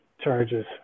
charges